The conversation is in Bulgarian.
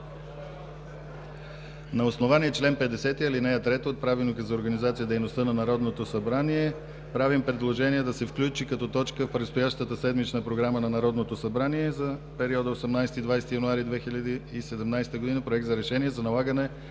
На основание чл. 50, ал. 3 от Правилника за организацията и дейността на Народното събрание правим предложение да се включи като точка в предстоящата седмична програма на Народното събрание за периода 18 – 20 януари 2017 г.: Проект за решение за налагане